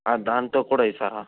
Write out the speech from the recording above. దాంతో కూడా ఇస్తారా